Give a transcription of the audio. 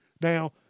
Now